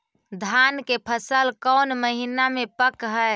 धान के फसल कौन महिना मे पक हैं?